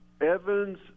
Evans